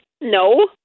No